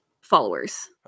followers